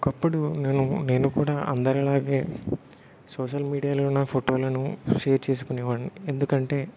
ఒకప్పుడు నేను నేను కూడా అందరిలాగే సోషల్ మీడియాలో నా ఫోటోలను షేర్ చేసుకునే వాడ్ని ఎందుకంటే